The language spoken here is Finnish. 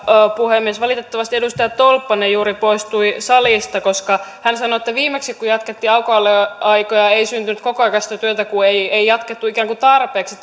puhemies valitettavasti edustaja tolppanen juuri poistui salista hän sanoi että viimeksi kun jatkettiin aukioloaikoja ei syntynyt kokoaikaista työtä kun ei ei jatkettu ikään kuin tarpeeksi